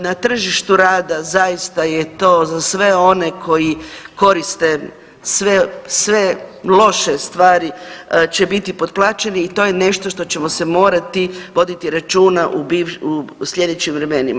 Na tržištu rada zaista je to za sve one koji koriste sve, sve loše stvari će biti potplaćeni i to je nešto što ćemo se morati voditi računa u slijedećim vremenima.